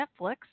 Netflix